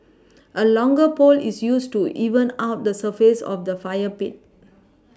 a longer pole is used to even out the surface of the fire pit